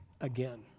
again